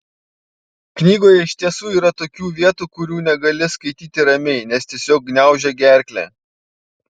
knygoje iš tiesų yra tokių vietų kurių negali skaityti ramiai nes tiesiog gniaužia gerklę